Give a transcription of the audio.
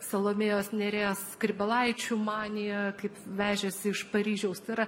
salomėjos nėries skrybėlaičių manija kaip vežėsi iš paryžiaus tai yra